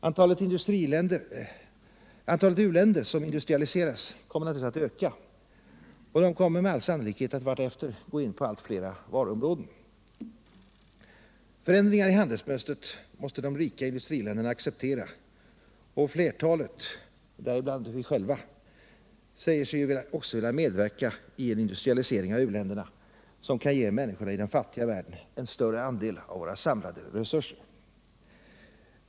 Antalet industrialiserade u-länder kommer att öka, och de kommer med all sannolikhet att vartefter gå in på allt fler varuområden. Förändringar i handelsmönstret måste de rika industriländerna acceptera, och flertalet — däribland vi själva — säger sig ju också vilja medverka i en industrialisering av u-länderna som kan ge människorna i den fattiga världen en större andel av våra samlade resurser.